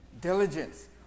Diligence